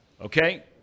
okay